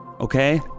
Okay